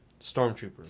Stormtroopers